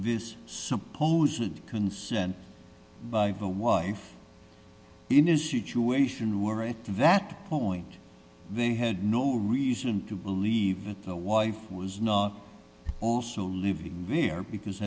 this supposed consent of a wife in a situation where at that point they had no reason to believe that the wife was not also living there because